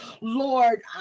Lord